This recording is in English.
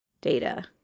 data